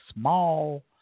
small